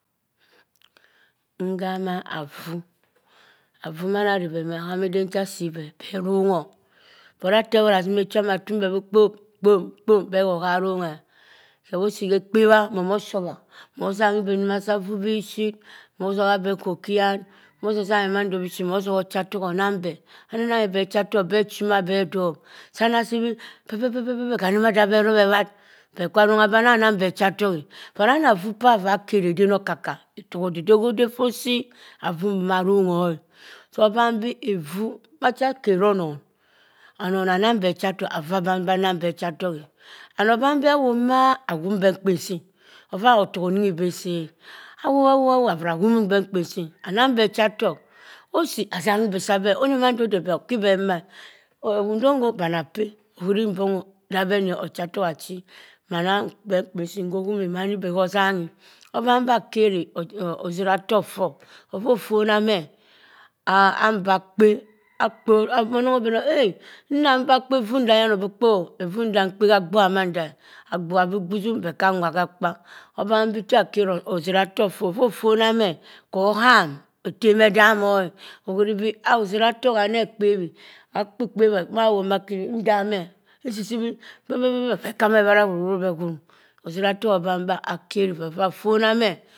Nhama avuu. Avuu madare be moh ehama eden oha sii beh beronghoh. But ateworr ana zima echi atumibeh bii kpo, kpom, kpom beh hoba aronghae. Hewo osii khe ekpebha momo shobha mozang ibi nzoma sa avuu bishit. Mozoha beh akhok khiyan. Mozizanghi mando biship mozoha ochatok onang beh. Aninanghi beh ochatak beh chi maa beh dob. Saana sibi bebebebebeb hanima zibeh rop ebharr bekwa rongha bi anaa nang beh ochatok eh. But anaa avuu por avaa keri eden okaka, otok odideh hodeh ffo osii avuu mbamg arongho e. Oban bii evuu macha keri onom, onon anangbeh ochatok, avuu oban beh anong beh ochatok e. And obanbi awop maa abumbeh mkpinsi offa otok oninghi be osii e. Awobha awobha awobha abra humbeh mkpinsi anang beh chatok. Osii asanghibi sabeh oni mando odeh oki beh omah e. Ewudong o bani apeh ohuri mbongho dabeh ni ochatok achi mana beh akpusi nkho humii manibeh nghosanghi oban bakeri oziratok ffor offa offona meh abemba akpe, akpo, da onong obenoh bii eh, nna abemba kpe evuu nda yano? Obiikpo evuu nda mkpa ha akpuha manda e. Agbuha bii gbusum beh khanwa khekpa. Uban bi taa kheri ozira-tok ffoh iffa offonameh hoham etem edamo e. Ohuroba oziratok anekpebbi, ak’kpebhe maawonmeh kiri ndameh insisi bii beh beh beh beh beh kama ebharr ahuna ororo be wurum. Oziratok oban be akeribeh offa offona meh